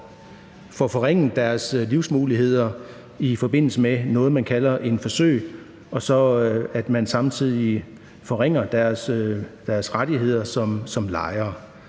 får forringet deres livsmuligheder i forbindelse med noget, man kalder et forsøg, og samtidig forringer man deres rettigheder som lejere.